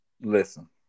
Listen